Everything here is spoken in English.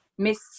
miss